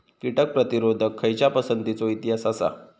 कीटक प्रतिरोधक खयच्या पसंतीचो इतिहास आसा?